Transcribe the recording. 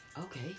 Okay